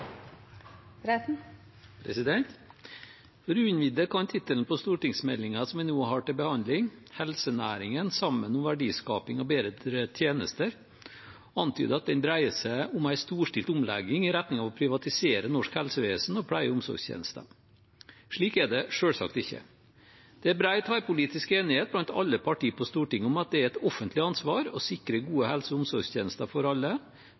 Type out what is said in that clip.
dessverre. For uinnvidde kan tittelen på stortingsmeldingen som vi nå har til behandling, Helsenæringen – Sammen om verdiskaping og bedre tjenester, antyde at den dreier seg om en storstilt omlegging i retning av å privatisere norsk helsevesen og pleie- og omsorgstjenester. Slik er det selvsagt ikke. Det er bred tverrpolitisk enighet blant alle partier på Stortinget om at det er et offentlig ansvar å sikre gode helse- og omsorgstjenester for alle,